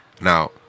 Now